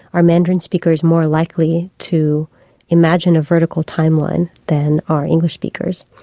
are mandarin speakers more likely to imagine a vertical time line than are english speakers?